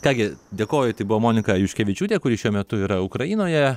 ką gi dėkoju tai buvo monika juškevičiūtė kuri šiuo metu yra ukrainoje